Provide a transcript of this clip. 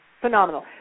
phenomenal